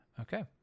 okay